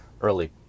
early